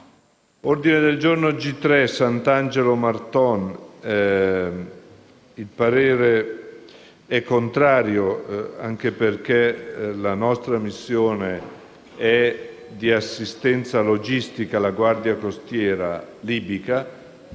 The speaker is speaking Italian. a firma dei senatori Santangelo e Marton, il parere è contrario, anche perché la nostra missione è di assistenza logistica alla Guardia costiera libica